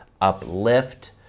uplift